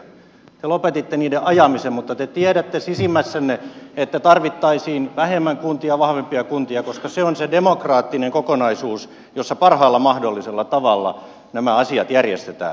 te lopetitte niiden ajamisen mutta te tiedätte sisimmässänne että tarvittaisiin vähemmän kuntia vahvempia kuntia koska se on se demokraattinen kokonaisuus jossa parhaalla mahdollisella tavalla nämä asiat järjestetään